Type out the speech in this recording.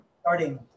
Starting